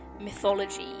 mythology